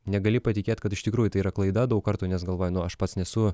negali patikėt kad iš tikrųjų tai yra klaida daug kartų nes galvoji nu aš pats nesu